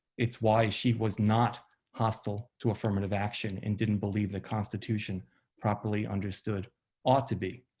it's why she was not hostile to affirmative action and didn't believe the constitution properly understood ought to be.